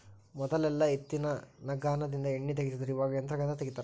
ಮೊದಲೆಲ್ಲಾ ಎತ್ತಿನಗಾನದಿಂದ ಎಣ್ಣಿ ತಗಿತಿದ್ರು ಇವಾಗ ಯಂತ್ರಗಳಿಂದ ತಗಿತಾರ